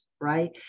Right